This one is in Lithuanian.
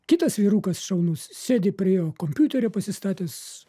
kitas vyrukas šaunus sėdi prie kompiuterio pasistatęs